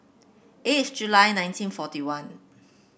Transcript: eighth July nineteen forty one